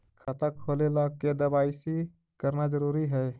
खाता खोले ला के दवाई सी करना जरूरी है?